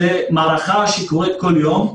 זאת מערכה שקורית כל יום.